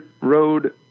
road